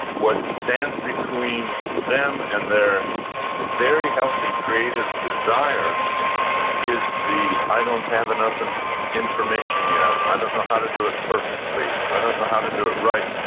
what stands between them and their very healthy creative desire is the i don't know have enough and information yet, i don't know how to do it perfectly, i don't know how to do it right,